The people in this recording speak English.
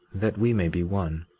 that we may be one.